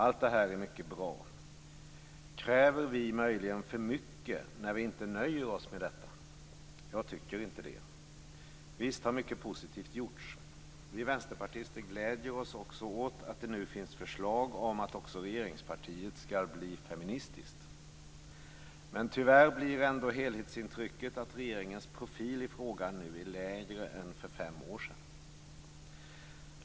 Allt detta är mycket bra. Kräver vi möjligen för mycket när vi inte nöjer oss med detta? Jag tycker inte det. Visst har mycket positivt gjorts. Vi vänsterpartister gläder oss också åt att den nu finns förslag om att också regeringspartiet ska bli feministiskt. Men tyvärr blir ändå helhetsintrycket att regeringens profil i frågan nu är lägre än för fem år sedan.